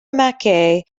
mackay